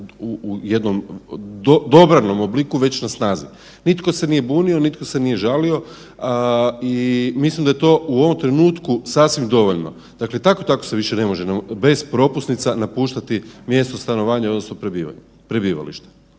u jednom dobranom obliku već na snazi. Nitko se nije bunio, nitko se nije žalio i mislim da je to u ovom trenutku sasvim dovoljno. Dakle, tako i tako se više ne može bez propusnica napuštati mjesto stanovanja odnosno prebivališta.